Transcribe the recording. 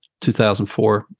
2004